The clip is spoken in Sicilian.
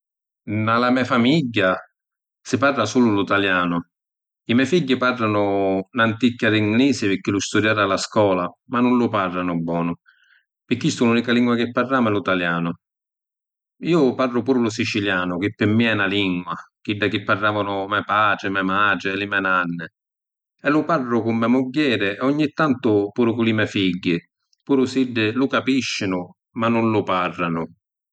Nna la me’ famigghia si parra sulu lu ‘talianu. I me’ figghi parranu n’anticchia di ‘nglisi pirchì lu studìaru a la scola, ma nun lu parranu bonu. Pi chistu l’unica lingua chi parramu è lu ‘talianu. Iu parru puru lu sicilianu, chi pi mia è na lingua, chidda chi parravanu me’ patri, me’ matri e li me’ nanni, e lu parru cu me’ mugghieri e ogni tantu puru cu li me’ figghi, puru si iddi lu capiscinu ma nun lu parranu.